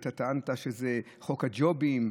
ואתה טענת שזה חוק הג'ובים,